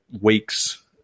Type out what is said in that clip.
weeks